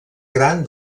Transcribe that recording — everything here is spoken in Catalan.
gran